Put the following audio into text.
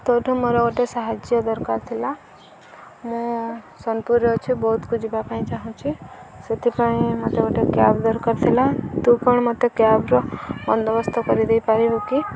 ତୋଠୁ ମୋର ଗୋଟେ ସାହାଯ୍ୟ ଦରକାର ଥିଲା ମୁଁ ସୋନପୁରରେ ଅଛି ବୌଦ୍ଧକୁ ଯିବା ପାଇଁ ଚାହୁଁଛି ସେଥିପାଇଁ ମୋତେ ଗୋଟେ କ୍ୟାବ୍ ଦରକାର ଥିଲା ତୁ କ'ଣ ମୋତେ କ୍ୟାବ୍ର ବନ୍ଦୋବସ୍ତ କରିଦେଇପାରିବୁ କି